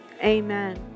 Amen